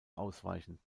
ausweichen